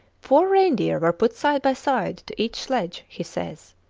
four reindeer were put side by side to each sledge, he says.